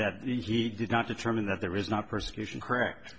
that he did not determine that there is not persecution correct